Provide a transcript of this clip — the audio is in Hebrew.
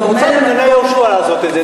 את רוצה בגני-יהושע לעשות את זה,